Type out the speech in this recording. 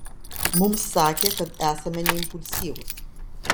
mums sakė kad esame neimpulsyvūs